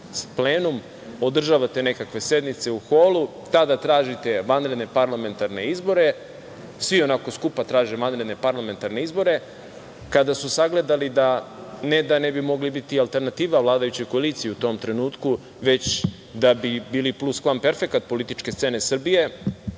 plenum, održavate nekakve sednice u holu, tada tražite vanredne parlamentarne izbore. Svi onako skupa traže vanredne parlamentarne izbore. Kada su sagledali da ne da ne bi mogli biti alternativa vladajućoj koaliciji u tom trenutku već da bi bili pluskvamperfekat političke scene Srbije